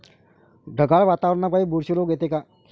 ढगाळ वातावरनापाई बुरशी रोग येते का?